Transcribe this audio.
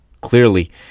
clearly